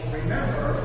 remember